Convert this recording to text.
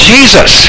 Jesus